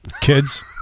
kids